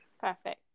Perfect